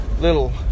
little